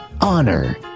honor